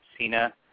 Cena